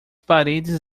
paredes